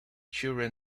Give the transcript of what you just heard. children